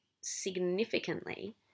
significantly